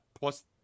plus